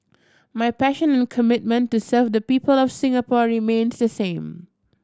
my passion and commitment to serve the people of Singapore remains the same